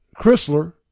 Chrysler